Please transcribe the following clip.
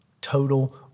Total